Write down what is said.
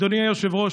אדוני היושב-ראש,